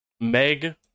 Meg